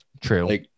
True